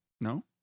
No